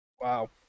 Wow